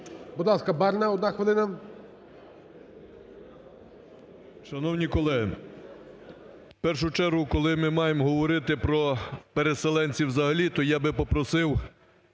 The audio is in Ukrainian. Будь ласка, Барна, одна хвилина.